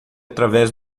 através